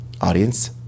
Audience